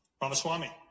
Ramaswamy